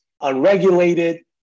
unregulated